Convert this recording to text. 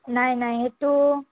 নাই নাই সেইটো